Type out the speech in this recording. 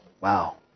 Wow